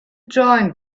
join